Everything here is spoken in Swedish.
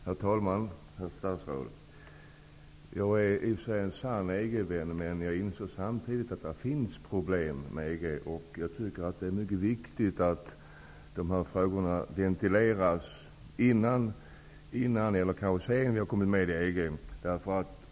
Herr talman! Herr statsråd! Jag är i och för sig en sann EG-vän, men jag inser samtidigt att det finns problem förknippade med ett EG-medlemskap. Jag tycker att det är mycket viktigt att dessa frågor ventileras innan Sverige blir medlem i EG.